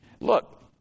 Look